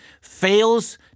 fails